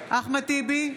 אחמד טיבי,